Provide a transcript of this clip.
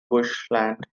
bushland